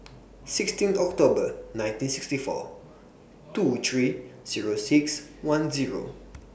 sixteen October nineteen sixty four two three Zero six one Zero